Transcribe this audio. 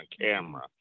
camera